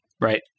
right